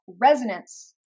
resonance